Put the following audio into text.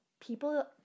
people